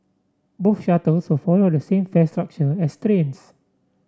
both shuttles will follow the same fare structure as trains